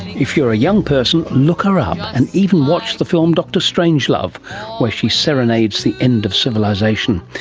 if you are a young person, look her up and even watch the film dr strangelove where she serenades the end of civilisation.